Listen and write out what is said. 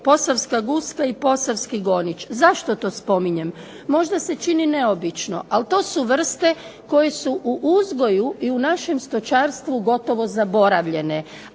posavska guska i posavski gonič. Zašto to spominjem? Možda se čini neobično, ali to su vrste koje su u uzgoju i u našem stočarstvu gotovo zaboravljene,